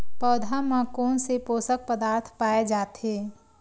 पौधा मा कोन से पोषक पदार्थ पाए जाथे?